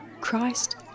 Christ